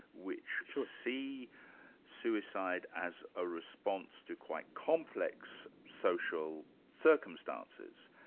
which see suicide as a response to quite complex social circumstances,